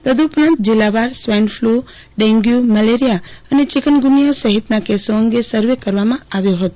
તદ ઉપરાંત જિલ્લાવાર swine flu dengue malaria અને ચિકાનગુનિયા સહિતાના કેસો અંગે સર્વે કરવામાં આવ્યો હતો